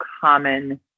common